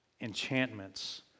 enchantments